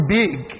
big